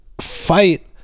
fight